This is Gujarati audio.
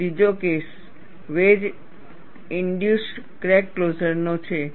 અને ત્રીજો કેસ વેજ ઈન્ડ્યુસ્ડ ક્રેક ક્લોઝરનો છે